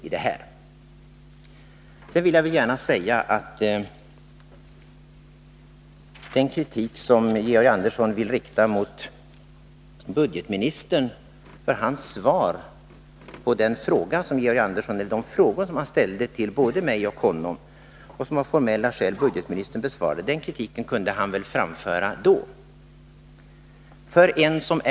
Sedan vill jag gärna säga att den kritik som Georg Andersson riktar mot budgetministern för hans svar på de frågor som Georg Andersson ställde till både mig och honom och som av formella skäl budgetministern besvarade, kunde väl Georg Andersson ha framfört då frågorna besvarades.